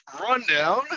Rundown